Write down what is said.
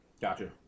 Gotcha